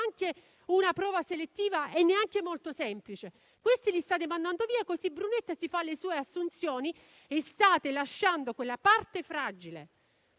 una prova selettiva, neanche molto semplice. Questi li state mandando via, così Brunetta fa le sue assunzioni. State abbandonando a loro stessi